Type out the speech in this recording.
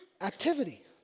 activity